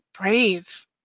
brave